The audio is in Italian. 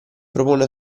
propone